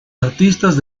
artistas